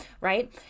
right